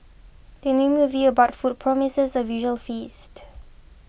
the new movie about food promises a visual feast